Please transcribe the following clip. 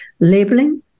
labeling